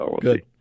Good